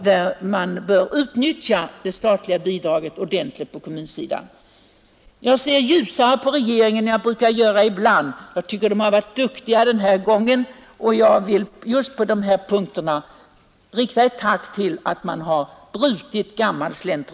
Det är inte alltid jag är så tillfredsställd med regeringsförslagen som nu, Man har brutit gammal slentrian i bekämpandet av arbetslösheten, och det vill jag tacka för.